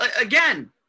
again